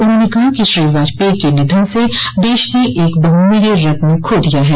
उन्होंने कहा कि श्री वाजपेयी के निधन से देश ने एक बहुमूल्य रत्न खो दिया है